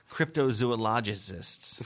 Cryptozoologists